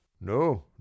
No